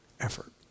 effort